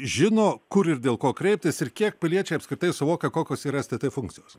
žino kur ir dėl ko kreiptis ir kiek piliečiai apskritai suvokia kokios yra es tė tė funkcijos